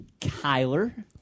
Kyler